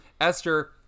Esther